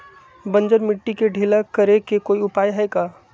बंजर मिट्टी के ढीला करेके कोई उपाय है का?